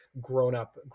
grown-up